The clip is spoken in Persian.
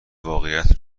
واقعیت